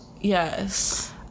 yes